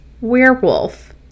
Werewolf